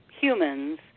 humans